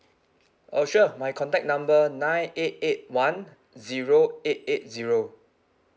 oh sure my contact number nine eight eight one zero eight eight zero